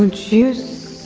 um choose.